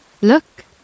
Look